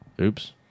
Oops